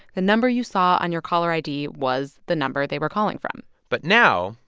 the number you saw on your caller id was the number they were calling from but now,